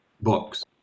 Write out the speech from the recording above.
books